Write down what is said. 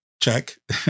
check